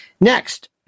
Next